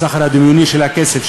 בסחר הדמיוני של הכסף,